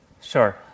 Sure